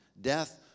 Death